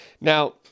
Now